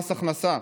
מס הכנסה,